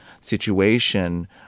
situation